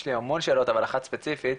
יש לי המון שאלות אבל אחת ספציפית,